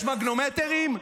יש מגנומטרים?